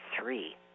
three